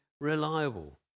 reliable